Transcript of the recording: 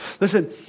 Listen